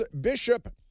Bishop